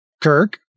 Kirk